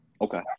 Okay